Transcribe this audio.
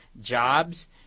jobs